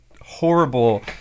horrible